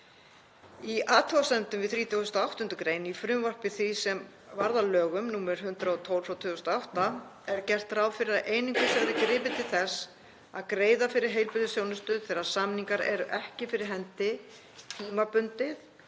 Í athugasemdum við 38. gr. í frumvarpi því sem varð að lögum nr. 112/2008 er gert ráð fyrir að einungis verði gripið til þess að greiða fyrir heilbrigðisþjónustu þegar samningar eru ekki fyrir hendi tímabundið